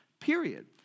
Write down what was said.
period